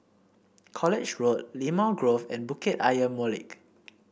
College Road Limau Grove and Bukit Ayer Molek